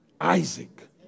Isaac